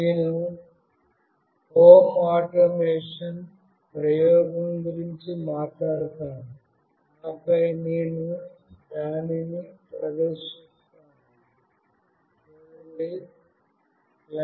నేను home automation ప్రయోగం గురించి మాట్లాడుతాను ఆపై నేను దానిని ప్రదర్శిస్తాను